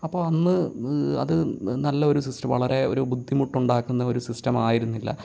അപ്പം അന്ന് അത് നല്ലൊരു സിസ്റ്റം വളരെ ഒരു ബുദ്ധിമുട്ട് ഉണ്ടാക്കുന്ന ഒരു സിസ്റ്റം ആയിരുന്നില്ല